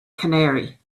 canary